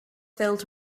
filled